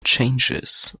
changes